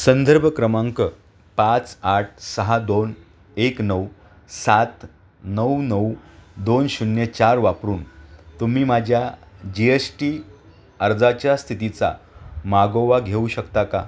संदर्भ क्रमांक पाच आठ सहा दोन एक नऊ सात नऊ नऊ दोन शून्य चार वापरून तुम्ही माझ्या जी एश टी अर्जाच्या स्थितीचा मागोवा घेऊ शकता का